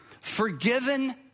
Forgiven